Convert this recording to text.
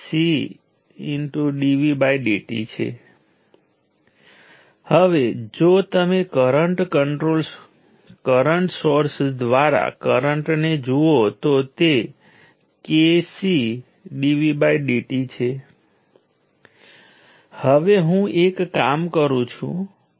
જો P 0 હોય તો તેનો અર્થ એ થાય કે એલિમેન્ટ તે ક્ષણે પાવર શોષી પસાર થાય છે જેનો અર્થ છે કે તે અમુક એનર્જી લોસ થાય છે અને તેના ઉપર થોડું કામ કરવામાં આવી રહ્યું છે